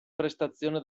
prestazione